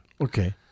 okay